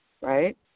right